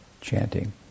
chanting